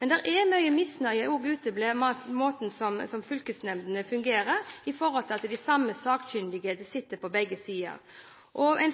Men det er mye misnøye også ute med måten fylkesnemndene fungerer på, i forhold til at de samme sakkyndige sitter på begge sider.